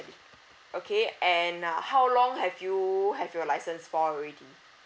okay and uh how long have you have your license for already